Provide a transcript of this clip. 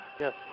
Yes